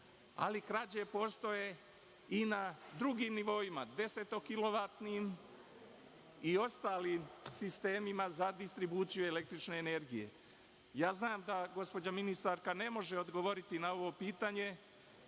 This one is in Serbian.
ali krađe postoje i na drugim nivoima, desetokilovatnim i ostalim sistemima za distribuciju električne energije. Znam da gospođa ministarka ne može odgovoriti na ovo pitanje,